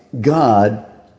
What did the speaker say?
God